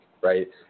right